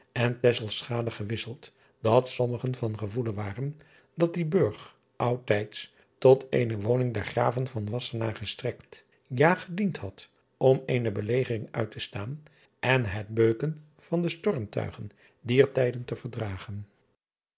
en gewisseld dat sommigen van gevoelen waren dat die urg oudtijds tot eene woning der raven gestrekt ja gediend had om eene belegering uit te staan en het beuken van de stormtuigen dier tijden te verdragen